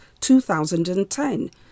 2010